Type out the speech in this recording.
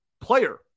player